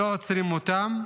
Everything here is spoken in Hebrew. לא עוצרים אותם,